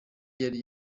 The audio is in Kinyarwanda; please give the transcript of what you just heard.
yari